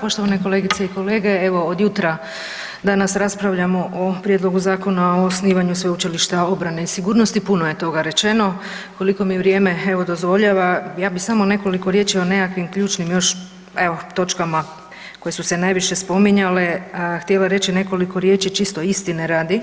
Poštovane kolegice i kolege, evo od jutra danas raspravljamo o Prijedlogu Zakona o osnivanju Sveučilišta obrane i sigurnosti, puno je toga rečeno, koliko mi vrijeme evo dozvoljava, ja bi samo nekoliko riječi o nekakvim ključnim još, evo točkama koje su se najviše spominjale, htjela reći nekoliko riječi čisto istine radi